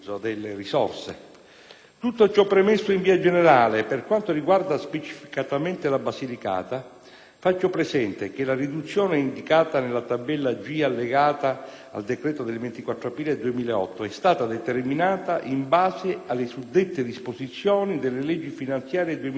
Tutto ciò premesso in via generale, per quanto riguarda specificamente la Basilicata faccio presente che la riduzione indicata nella tabella G allegata al decreto del 24 aprile 2008 è stata determinata in base alle suddette disposizioni delle leggi finanziarie 2007 e 2008